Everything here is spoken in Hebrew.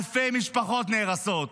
אלפי משפחות נהרסות.